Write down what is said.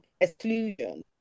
exclusion